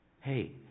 hey